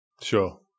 Sure